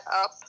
up